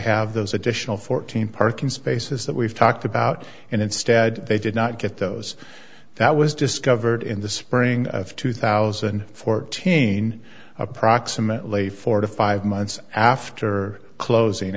those additional fourteen parking spaces that we've talked about and instead they did not get those that was discovered in the spring of two thousand and fourteen approximately four to five months after closing